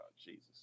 Jesus